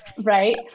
Right